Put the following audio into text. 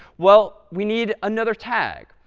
well, we need another tag.